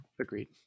Agreed